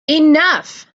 enough